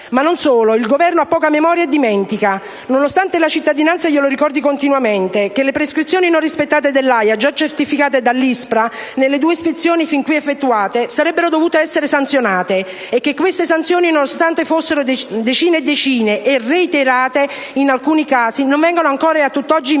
Ma non solo, il Governo ha poca memoria e dimentica, nonostante la cittadinanza glielo ricordi continuamente, che le prescrizioni non rispettate dell'AIA, già certificate dall'lSPRA nelle due ispezioni fin qui effettuate, avrebbero dovuto essere sanzionate e che queste sanzioni, nonostante fossero decine e decine e reiterate in alcuni casi, non vengono ancora e a tutt'oggi imposte